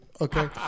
Okay